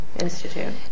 Institute